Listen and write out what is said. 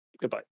goodbye